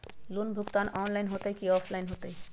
Loan भुगतान online होतई कि ऑफलाइन होतई?